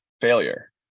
failure